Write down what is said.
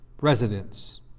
residents